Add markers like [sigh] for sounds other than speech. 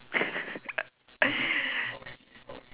[laughs]